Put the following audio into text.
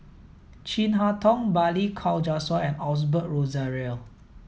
Chin Harn Tong Balli Kaur Jaswal and Osbert Rozario